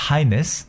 Highness